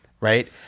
Right